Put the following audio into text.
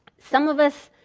some of us